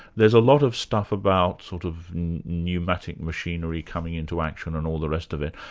there's a lot of stuff about sort of pneumatic machinery coming into action and all the rest of it,